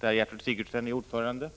där Gertrud Sigurdsen är ordförande.